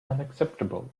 unacceptable